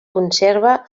conserva